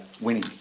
winning